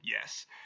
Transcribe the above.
Yes